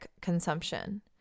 consumption